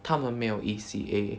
他们没有 E_C_A